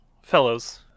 fellows